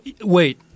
wait